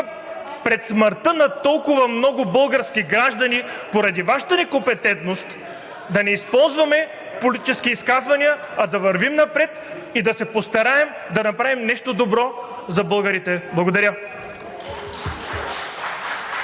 пред смъртта на толкова много български граждани поради Вашата некомпетентност да не използваме политически изказвания, а да вървим напред и да се постараем да направим нещо добро за българите. Благодаря.